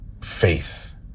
faith